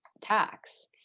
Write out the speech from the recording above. tax